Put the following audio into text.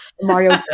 Mario